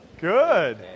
Good